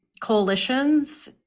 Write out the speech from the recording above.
coalitions